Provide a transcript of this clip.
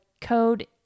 code